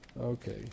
Okay